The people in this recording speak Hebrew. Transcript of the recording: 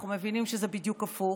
אנחנו מבינים שזה בדיוק הפוך.